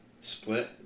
split